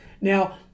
Now